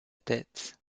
tête